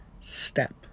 step